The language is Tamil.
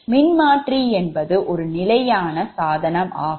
மின்மாற்றி என்பது ஒரு நிலையான சாதனம் ஆகும்